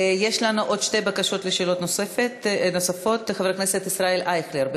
יש לנו עוד שתי בקשות לשאלות נוספות: חבר הכנסת ישראל אייכלר,